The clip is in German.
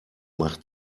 macht